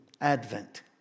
Advent